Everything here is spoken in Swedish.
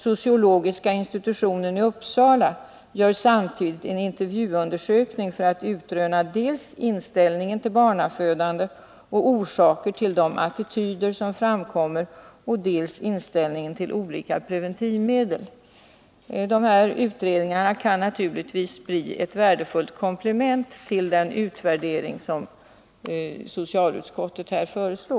Sociologiska institutionen i Uppsala gör dessutom en intervjuundersökning för att utröna dels inställningen till barnafödande och orsakerna till de attityder som framkommer, dels inställningen till olika preventivmedel. Dessa utredningar kan naturligtvis bli ett värdefullt komplement till den utvärdering som socialutskottet här föreslår.